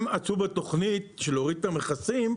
הם עשו בתוכנית של הורדת המכסים,